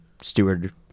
steward